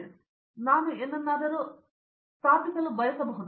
ಸಹೋದ್ಯೋಗಿಗಳಂತೆಯೇ ನೀವು ಏನನ್ನಾದರೂ ಸ್ಥಾಪಿಸುವುದಿಲ್ಲ ಎಂದು ಹೇಳಿದರು